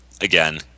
again